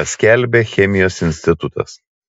paskelbė chemijos institutas